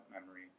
memory